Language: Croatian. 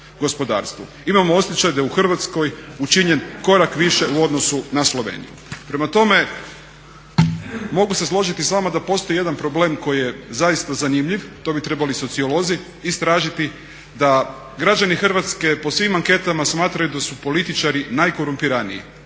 Imamo osjećaj da je u Hrvatskoj učinjen korak više u odnosu na Sloveniju. Prema tome, mogu se složiti s vama da postoji jedan problem koji je zaista zanimljiv, to bi trebali sociolozi istražiti, da građani Hrvatske po svim anketama smatraju da su političari najkorumpiraniji,